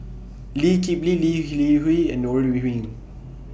Lee Kip Lee Lee Li Hui and Ore Huiying